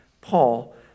Paul